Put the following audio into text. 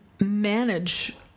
manage